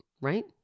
right